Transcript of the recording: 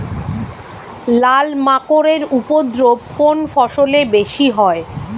লাল মাকড় এর উপদ্রব কোন ফসলে বেশি হয়?